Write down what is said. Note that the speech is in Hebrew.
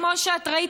כמו שאת ראית,